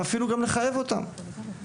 ואפילו לחייב אותם בכך.